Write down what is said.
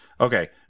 Okay